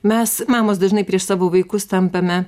mes mamos dažnai prieš savo vaikus tampame